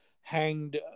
hanged